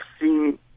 seen